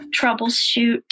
troubleshoot